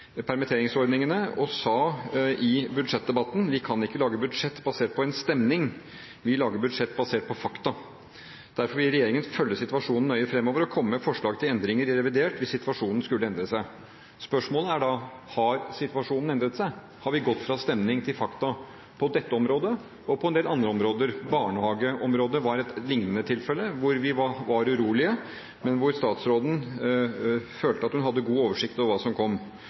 permitteringsordningene og sa i budsjettdebatten: «Vi kan ikke lage budsjettet basert på stemning – vi lager budsjettet basert på fakta. Derfor vil regjeringen følge situasjonen nøye fremover og komme med forslag til endringer i revidert hvis situasjonen skulle endre seg.» Spørsmålet er da: Har situasjonen endret seg? Har vi gått fra stemning til fakta – på dette området og på en del andre områder? Barnehageområdet var et lignende tilfelle som vi var urolige for, men hvor statsråden følte at hun hadde god oversikt over hva som kom.